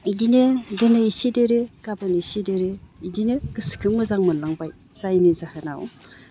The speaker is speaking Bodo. इदिनो दिनै इसे देरो गाबोन इसे देरो इदिनो गोसोखो मोजां मोनलांबाय जायनि जाहोनाव